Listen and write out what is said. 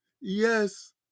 Yes